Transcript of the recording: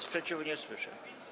Sprzeciwu nie słyszę.